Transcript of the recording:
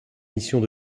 missions